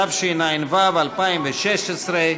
התשע"ו 2016,